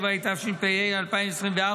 27), התשפ"ה 2024,